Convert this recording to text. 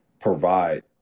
provide